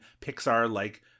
Pixar-like